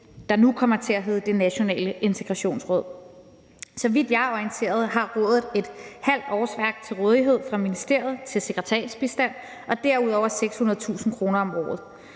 der nu kommer til at hedde Det Nationale Integrationsråd. Så vidt jeg er orienteret, har rådet et halvt årsværk til rådighed fra ministeriet til sekretariatsbistand og derudover 600.000 kr. om året.